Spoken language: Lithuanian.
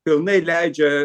pilnai leidžia